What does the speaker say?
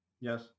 yes